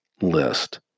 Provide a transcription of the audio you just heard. list